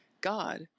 God